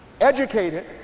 educated